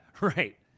right